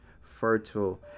fertile